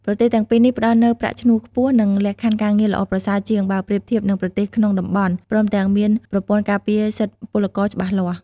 ប្រទេសទាំងពីរនេះផ្ដល់នូវប្រាក់ឈ្នួលខ្ពស់ និងលក្ខខណ្ឌការងារល្អប្រសើរជាង បើប្រៀបធៀបនឹងប្រទេសក្នុងតំបន់ ព្រមទាំងមានប្រព័ន្ធការពារសិទ្ធិពលករច្បាស់លាស់ ។